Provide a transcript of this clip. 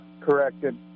corrected